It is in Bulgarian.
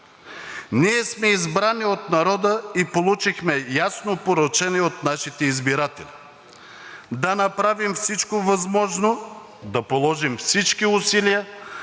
Ние сме избрани от народа и получихме ясно поръчение от нашите избиратели да направим всичко възможно, да положим всички усилия